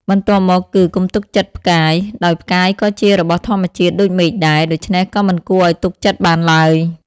បន្ទាប់មកគឺ កុំទុកចិត្តផ្កាយ ដោយផ្កាយក៏ជារបស់ធម្មជាតិដូចមេឃដែរ ដូច្នេះក៏មិនគួរឲ្យទុកចិត្តបានឡើយ ។